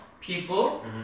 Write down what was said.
people